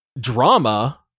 drama